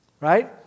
right